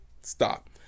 Stop